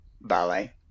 ballet